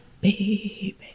baby